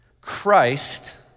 Christ